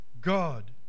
God